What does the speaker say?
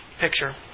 picture